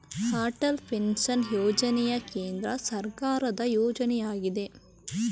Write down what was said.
Atal pension ಯೋಜನೆ ಕೇಂದ್ರ ಸರ್ಕಾರದ ಯೋಜನೆಯಗಿದೆ